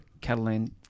Catalan